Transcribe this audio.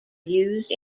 used